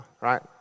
right